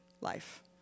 life